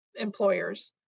employers